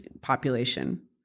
population